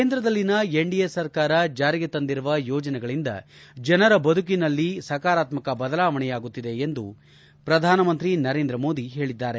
ಕೇಂದ್ರದಲ್ಲಿನ ಎನ್ಡಿಎ ಸರ್ಕಾರ ಜಾರಿಗೆ ತಂದಿರುವ ಯೋಜನೆಗಳಿಂದ ಜನರ ಬದುಕುಕಿನಲ್ಲಿ ಸಕಾರಾತ್ಸಕ ಬದಲಾವಣೆಯಾಗುತ್ತಿದೆ ಎಂದು ಪ್ರಧಾನಮಂತ್ರಿ ನರೇಂದ್ರ ಮೋದಿ ಹೇಳಿದ್ದಾರೆ